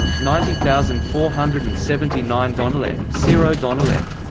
ninety thousand four hundred and seventy nine donalek so donalek